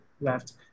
left